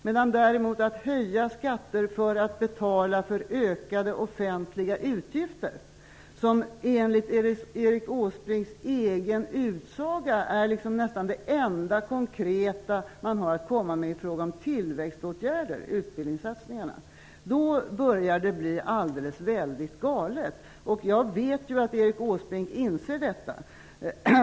Om man däremot höjer skatter för att betala ökade offentliga utgifter, när enligt Erik Åsbrinks egen utsaga det enda konkreta man har att komma med i tillväxtåtgärder är utbildningssatsningarna - då börjar det bli alldeles väldigt galet. Jag vet ju att Erik Åsbrink inser detta.